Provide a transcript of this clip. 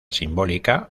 simbólica